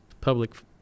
public